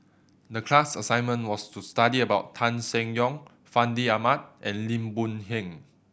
the class assignment was to study about Tan Seng Yong Fandi Ahmad and Lim Boon Heng